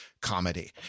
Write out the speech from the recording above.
comedy